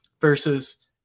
versus